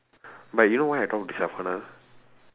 but you know why I talk to